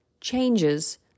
changes